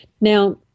Now